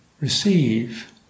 Receive